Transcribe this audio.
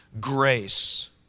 grace